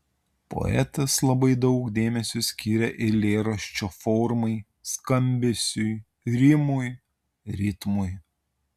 poetas labai daug dėmesio skiria eilėraščio formai skambesiui rimui ritmui